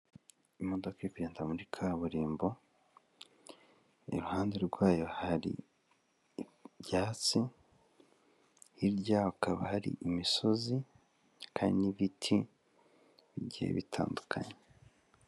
Imodoka igenda muri kaburimbo iruhande rwayo hari ibyatsi, hirya hakaba hari imisozi hakaba hari n'ibiti bigiye bitandukanye.